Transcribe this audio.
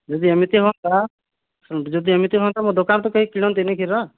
ଯଦି ଏମିତି ହୁଅନ୍ତା ଶୁଣନ୍ତୁ ଯଦି ଏମିତି ହୁଅନ୍ତା ମୋ ଦୋକାନ ଠୁ କେହି କିଣନ୍ତେନି କ୍ଷୀର